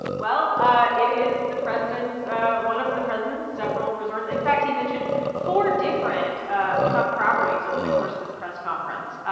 well, ah it is the president's one of the president's several resorts. in fact, he mentioned four different ah trump properties over the course of this press conference.